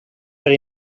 her